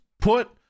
put